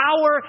power